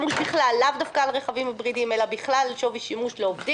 לאו דווקא על רכבים היברידיים אלא בכלל על שווי שימוש לעובדים,